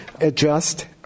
adjust